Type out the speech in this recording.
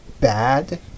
bad